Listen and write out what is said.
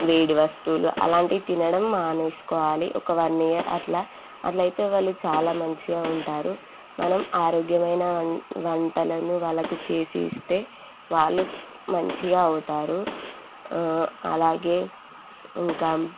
వేడి వస్తువులు అలాంటివి తినడం మానేసుకోవాలి ఒక వన్ ఇయర్ అట్లా అట్లయితే వాళ్ళు చాలా మంచిగా ఉంటారు మనం ఆరోగ్యమైన వంటలను వాళ్ళకు చేసి ఇస్తే వాళ్ళు మంచిగా అవుతారు అలాగే ఇంకా